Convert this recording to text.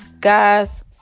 guys